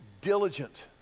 diligent